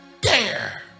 dare